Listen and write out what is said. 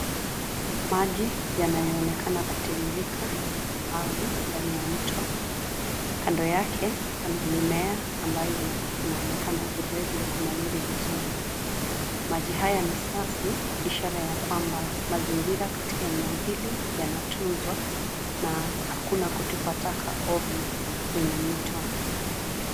Maji yanayoonekana kutiririka juu ya mawe, ndani ya mto, kando yake kuna mimea ambayo inaonekana vilevile kunawiri vizuri. Maji haya ni safi, ishara ya kwamba mazingira katika eneo hili yanatunzwa na hakuna kutupa taka ovyo kwenye mito.